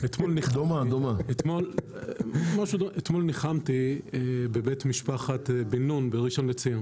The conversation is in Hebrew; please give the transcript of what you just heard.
אתמול ניחמתי בבית משפחת בן-נון בראשון לציון